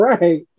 Right